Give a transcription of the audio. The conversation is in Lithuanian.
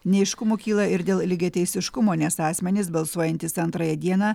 neaiškumų kyla ir dėl lygiateisiškumo nes asmenys balsuojantys antrąją dieną